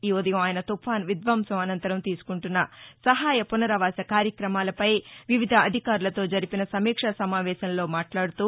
ఈ ఉదయం అయన తుఫాన్ విద్వంసం అనంతరం తీసుకుంటున్న సహాయ పునరావాస కార్యక్రమాలపై వివిధ అధికారులతో జరిపిన సమీక్షా సమావేశం లో మాట్లాడుతూ